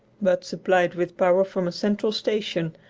but supplied with power from a central station,